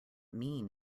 mean